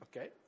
Okay